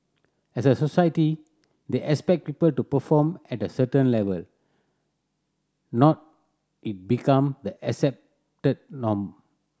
as a society they expect people to perform at a certain level it become the accepted norm